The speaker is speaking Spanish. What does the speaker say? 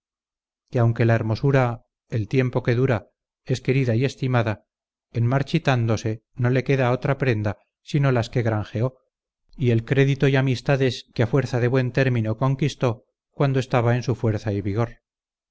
que aunque la hermosura el tiempo que dura es querida y estimada en marchitándose no le queda otra prenda sino las que granjeó y el crédito y amistades que a fuerza de buen término conquistó cuando estaba en su fuerza y vigor